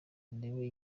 murebe